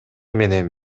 менен